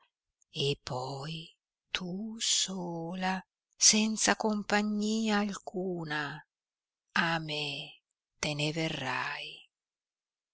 e poi tu sola senza compagnia alcuna a me te ne verrai